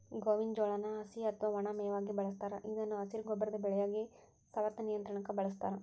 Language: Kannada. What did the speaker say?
ಗೋವಿನ ಜೋಳಾನ ಹಸಿ ಅತ್ವಾ ಒಣ ಮೇವಾಗಿ ಬಳಸ್ತಾರ ಇದನ್ನು ಹಸಿರು ಗೊಬ್ಬರದ ಬೆಳೆಯಾಗಿ, ಸವೆತ ನಿಯಂತ್ರಣಕ್ಕ ಬಳಸ್ತಾರ